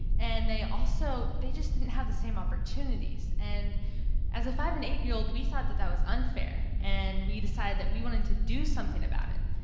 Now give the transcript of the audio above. and they also, they just didn't have the same opportunities. and as a five and eight year old we thought that that was unfair. and we decided that we wanted to do something about it.